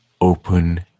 Open